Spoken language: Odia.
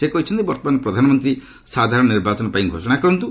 ସେ କହିଛନ୍ତି ବର୍ତ୍ତମାନ ପ୍ରଧାନମନ୍ତ୍ରୀ ସାଧାରଣ ନିର୍ବାଚନ ପାଇଁ ଘୋଷଣା କରନ୍ତୁ